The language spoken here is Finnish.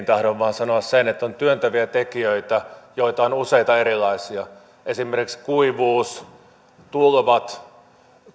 tahdon vain sanoa sen että on työntäviä tekijöitä joita on useita erilaisia esimerkiksi kuivuus tulvat